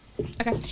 Okay